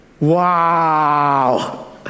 Wow